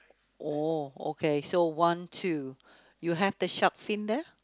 oh okay so one two you have the shark fin there